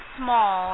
small